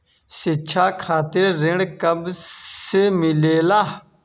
शिक्षा खातिर ऋण कब से मिलेला?